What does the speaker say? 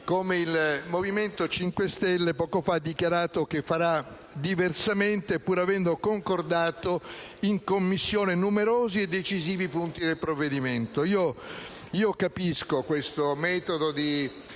come il Movimento 5 Stelle, poco fa ha dichiarato che farà diversamente, pur avendo concordato in Commissione numerosi e decisivi punti del provvedimento. Capisco questo metodo di